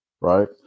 right